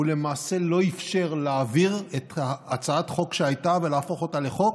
הוא למעשה לא אפשר להעביר את הצעת החוק שהייתה ולהפוך אותה לחוק,